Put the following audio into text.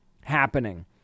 happening